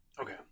Okay